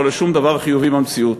לא לשום דבר חיובי במציאות.